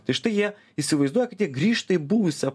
tai štai jie įsivaizduokite grįžta į buvusią